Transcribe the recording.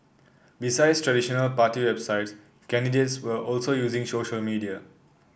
besides traditional party websites candidates were also using social media